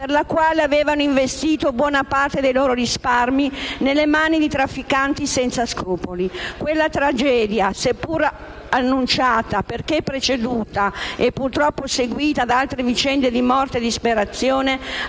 per la quale avevano investito buona parte dei loro risparmi, messi nelle mani di trafficanti senza scrupoli. Quella tragedia, seppur annunciata perché preceduta e purtroppo seguita da altre vicende di morte e disperazione,